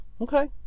Okay